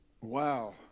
Wow